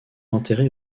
enterré